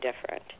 different